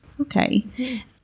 Okay